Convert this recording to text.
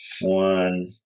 One